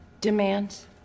Demands